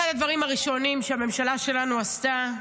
אחד הדברים הראשונים שהממשלה שלנו עשתה,